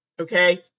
okay